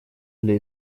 для